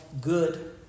good